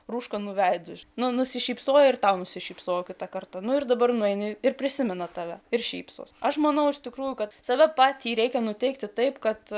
rūškanu veidu nusišypsojo ir tau nusišypsokite kartonu ir dabar nueini ir prisimena tave ir šypsosi aš manau iš tikrųjų kad save patį reikia nuteikti taip kad